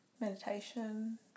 meditation